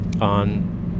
on